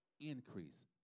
increase